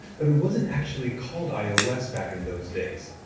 but it wasn't actually called ios back in those days.